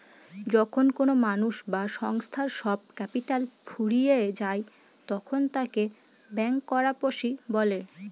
যখন কোনো মানুষ বা সংস্থার সব ক্যাপিটাল ফুরিয়ে যায় তখন তাকে ব্যাংকরাপসি বলে